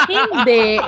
Hindi